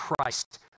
Christ